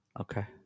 Okay